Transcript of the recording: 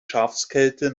schafskälte